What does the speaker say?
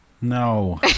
No